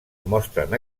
mostren